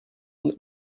und